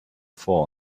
vor